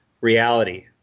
reality